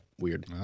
weird